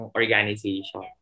organization